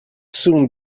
soon